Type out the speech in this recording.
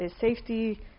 safety